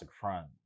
Front